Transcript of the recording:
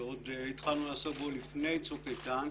שהתחלנו לעסוק בו לפני המבצע,